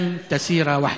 לעולם לא תצעד לבד.).